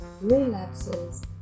relapses